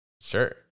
Sure